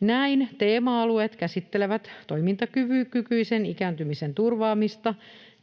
Näin teema-alueet käsittelevät toimintakykyisen ikääntymisen turvaamista,